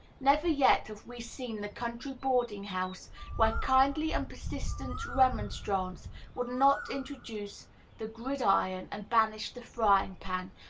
never yet have we seen the country boarding-house where kindly and persistent remonstrance would not introduce the gridiron and banish the frying-pan,